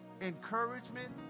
encouragement